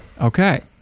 Okay